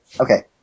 Okay